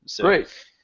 Great